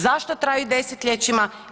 Zašto traju desetljećima?